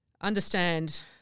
understand